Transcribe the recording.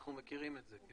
אנחנו מכירים את זה.